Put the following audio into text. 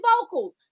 vocals